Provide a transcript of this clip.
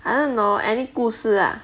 I don't know any 故事 ah